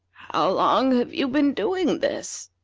how long have you been doing this?